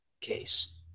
case